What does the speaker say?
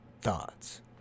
thoughts